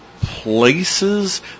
places